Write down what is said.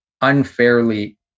unfairly